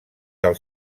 del